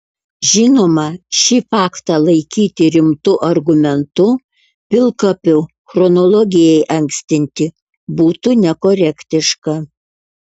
žinoma šį faktą laikyti rimtu argumentu pilkapių chronologijai ankstinti būtų nekorektiška